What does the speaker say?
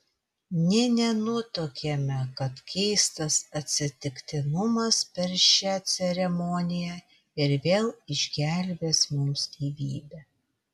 nė nenutuokėme kad keistas atsitiktinumas per šią ceremoniją ir vėl išgelbės mums gyvybę